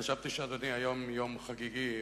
חשבתי שהיום הוא יום חגיגי,